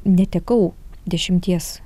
netekau dešimties